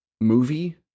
movie